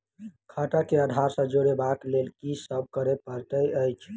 खाता केँ आधार सँ जोड़ेबाक लेल की सब करै पड़तै अछि?